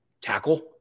tackle